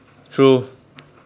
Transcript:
true